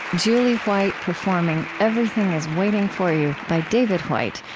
julie white, performing everything is waiting for you, by david whyte,